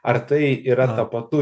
ar tai yra tapatu